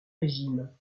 régime